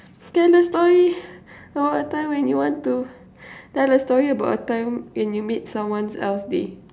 tell a story about a time when you want to tell a story about a time when you make someone else day